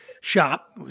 shop